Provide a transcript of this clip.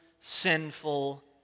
sinful